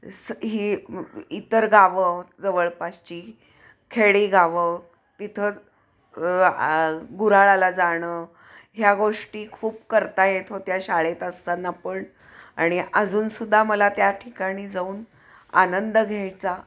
स् ही इतर गावं जवळपासची खेडी गावं तिथं गुराळाला जाणं ह्या गोष्टी खूप करता येत होत्या शाळेत असताना पण आणि अजून सुद्धा मला त्या ठिकाणी जाऊन आनंद घ्यायचा